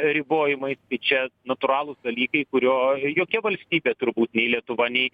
ribojimai čia natūralūs dalykai kurio jokia valstybė turbūt nei lietuva nei